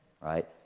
right